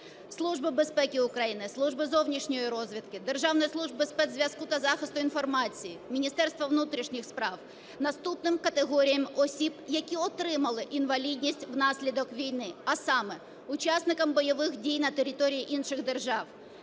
Служби безпеки України, Служби зовнішньої розвідки, Державної служби спецзв'язку та захисту інформації, Міністерства внутрішніх справ наступним категоріям осіб, які отримали інвалідність внаслідок війни, а саме: учасникам бойових дій на території інших держав;